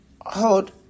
hold